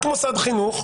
רק מוסד חינוך.